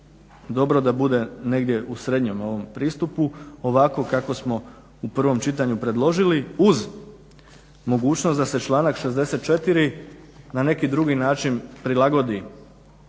dobro da bude negdje u srednjem pristupu, ovako kako smo u prvom čitanju predložili, uz mogućnost da se članak 64. na neki drugi način prilagodi